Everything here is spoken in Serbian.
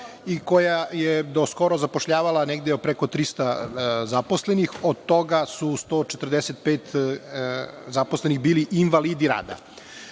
i koja je do skoro zapošljavala negde preko 300 zaposlenih, a od toga su 145 zaposlenih bili invalidi rada.